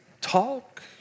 talk